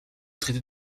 traité